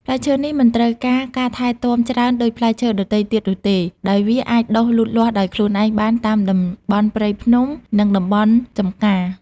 ផ្លែឈើនេះមិនត្រូវការការថែទាំច្រើនដូចផ្លែឈើដទៃទៀតនោះទេ ដោយវាអាចដុះលូតលាស់ដោយខ្លួនឯងបានតាមតំបន់ព្រៃភ្នំ និងតំបន់ចម្ការ។